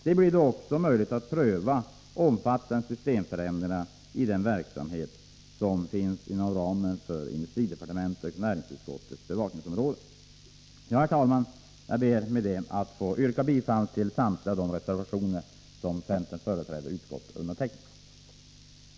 Det blir då också möjligt att pröva omfattande systemförändringar i den verksamhet som finns inom ramen för industridepartementets och näringsutskottets bevakningsområde. Herr talman! Jag ber att med detta få yrka bifall till samtliga de reservationer som centerns företrädare i utskottet har undertecknat i detta betänkande.